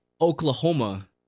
oklahoma